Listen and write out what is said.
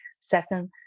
Second